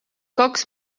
kaks